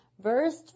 verse